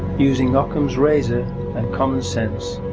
using ockham's razor and common-sense,